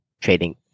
trading